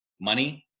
money